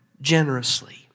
generously